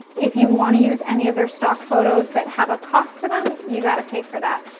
if you wanna use any of their stock photos that have a cost to them you gotta pay for that.